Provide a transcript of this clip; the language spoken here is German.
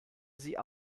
sie